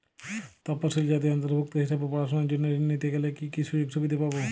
তফসিলি জাতির অন্তর্ভুক্ত হিসাবে পড়াশুনার জন্য ঋণ নিতে গেলে কী কী সুযোগ সুবিধে পাব?